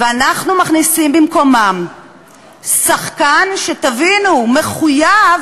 ואנחנו מכניסים במקומם שחקן, שתבינו: מחויב